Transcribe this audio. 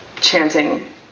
chanting